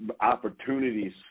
opportunities